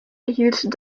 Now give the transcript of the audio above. erhielt